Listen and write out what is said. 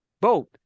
boat